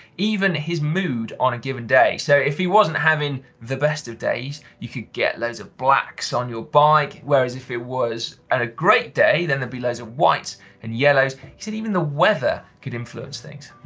even his mood on a given day, so if he wasn't having the best of days, you could get loads of blacks on your bike whereas if it was and a great day, then there'd be loads of whites and yellows. he said even the weather could influence things.